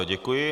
Děkuji.